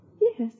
Yes